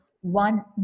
one